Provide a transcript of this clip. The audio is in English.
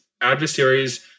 adversaries